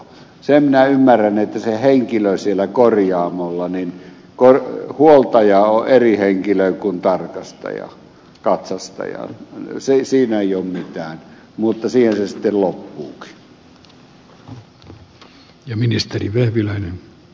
sen minä ymmärrän että se henkilö siellä korjaamolla huoltaja on eri henkilö kuin tarkastaja katsastaja siinä ei ole mitään mutta siihen se sitten loppuukin